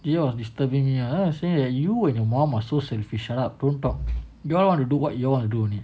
he was disturbing me ah saying that you and your mum are so selfish lah don't talk you all want to do what you all want to do only